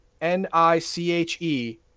N-I-C-H-E